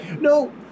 No